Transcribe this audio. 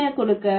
என்ன கொடுக்க